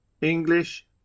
English